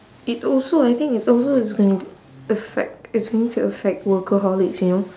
it also I think it's also is gonna affect it's going to affect workaholics you know